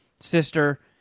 sister